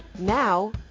Now